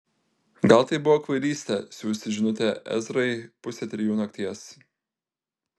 gal tai buvo kvailystė siųsti žinutę ezrai pusę trijų nakties